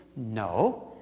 no.